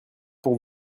pour